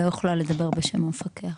אני לא יכולה לדבר בשם המפקח.